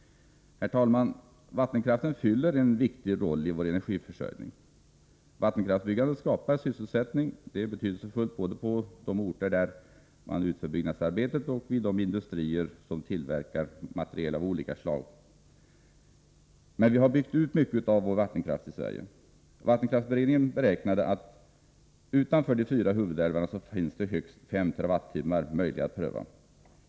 Herr talman! Vattenkraften fyller en viktig roll i vår energiförsörjning. Vattenkraftsbyggandet skapar sysselsättning, vilket är betydelsefullt både på de orter där man utför byggnadsarbetet och vid de industrier som tillverkar materiel av olika slag. Men vi har byggt ut mycket av vår vattenkraft i Sverige. Vattenkraftsberedningen beräknade att utanför de fyra huvudälvarna fanns högst 5 TWh att pröva.